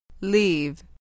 Leave